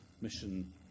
Mission